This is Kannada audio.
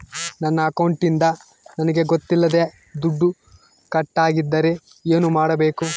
ನನ್ನ ಅಕೌಂಟಿಂದ ನನಗೆ ಗೊತ್ತಿಲ್ಲದೆ ದುಡ್ಡು ಕಟ್ಟಾಗಿದ್ದರೆ ಏನು ಮಾಡಬೇಕು?